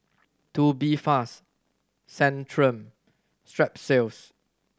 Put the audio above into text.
Tubifast Centrum Strepsils